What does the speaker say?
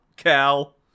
Cal